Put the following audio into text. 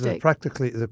practically